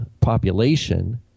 population